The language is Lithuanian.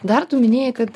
dar tu minėjai kad